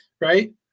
right